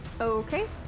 Okay